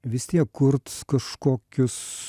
vis tiek kurt kažkokius